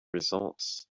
results